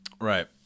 Right